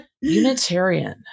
Unitarian